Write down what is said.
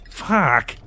fuck